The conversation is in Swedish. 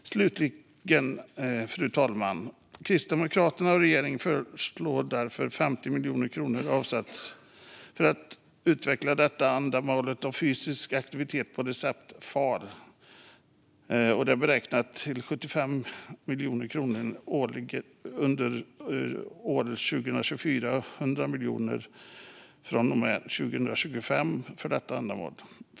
Fru talman! Kristdemokraterna och regeringen föreslår därför att 50 miljoner kronor avsätts för att utveckla användningen av fysisk aktivitet på recept, FaR. Det är beräknat till 75 miljoner kronor under 2024 och 100 miljoner från och med 2025 för detta ändamål.